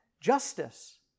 justice